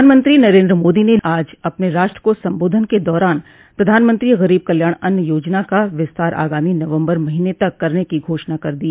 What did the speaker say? प्रधानमंत्री नरेन्द्र मोदी ने आज अपने राष्ट्र को संबोधन के दौरान प्रधानमंत्री गरीब कल्याण अन्न योजना का विस्तार आगामी नवम्बर महीन तक करने की घोषणा कर दी